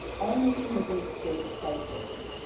our nation is in a state of crisis.